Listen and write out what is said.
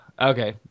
Okay